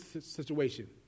situation